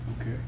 Okay